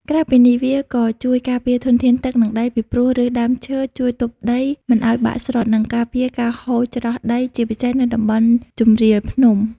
ក្រៅពីនេះវាក៏ជួយការពារធនធានទឹក និងដី ពីព្រោះឫសដើមឈើជួយទប់ដីមិនឱ្យបាក់ស្រុត និងការពារការហូរច្រោះដី ជាពិសេសនៅតំបន់ជម្រាលភ្នំ។